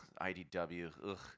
IDW